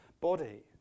body